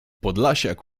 podlasiak